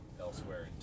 elsewhere